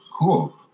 cool